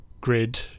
grid